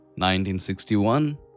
1961